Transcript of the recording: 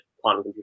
quantum